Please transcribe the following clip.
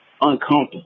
uncomfortable